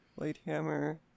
Lighthammer